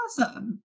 awesome